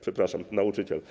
Przepraszam, nauczyciel.